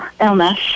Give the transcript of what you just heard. illness